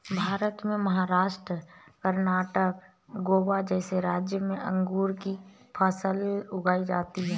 भारत में महाराष्ट्र, कर्णाटक, गोवा जैसे राज्यों में अंगूर की फसल उगाई जाती हैं